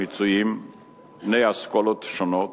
מצויים בני אסכולות שונות: